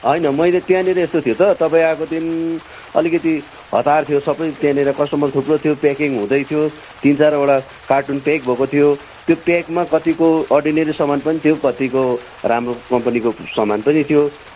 होइन मैले त्यहाँनिर यस्तो थियो त तपाईँ आएको दिन अलिकति हतार थियो सबै त्यहाँनिर कस्टमर थुप्रो थियो प्याकिङ हुँदै थियो तिन चारवटा कार्टुन प्याक भएको थियो त्यो प्याकमा कतिको अर्डिनेरी सामान पनि थियो कतिको राम्रो कम्पनीको सामान पनि थियो